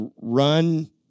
run